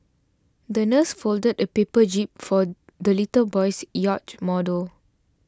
the nurse folded a paper jib for the little boy's yacht model